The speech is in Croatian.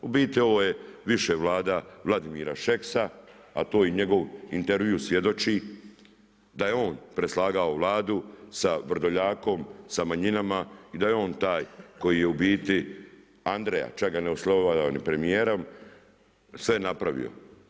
U biti ovo je više Vlada Vladimira Šeksa a to i njegov intervju svjedoči, da je on preslagao Vladu sa Vrdoljakom, sa manjinama i da je on taj koji je u biti Andreja, čak ga ni oslovljavam ni premijerom, sve napravio.